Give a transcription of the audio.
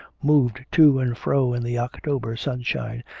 moved to and fro in the october sunshine,